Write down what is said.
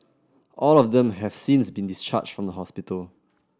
all of them have since been discharged from the hospital